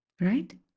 right